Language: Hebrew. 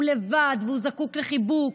הוא לבד, והוא זקוק לחיבוק,